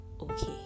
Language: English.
okay